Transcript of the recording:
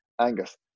Angus